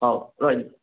ହଉ ରହିଲି